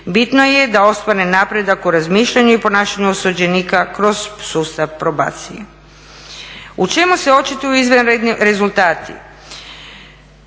Bitno je da je ostvaren napredak u razmišljanju i ponašanju osuđenika kroz sustav probacije. U čemu se očituju izvanredni rezultati?